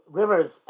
rivers